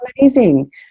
amazing